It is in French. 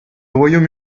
royaume